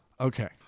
Okay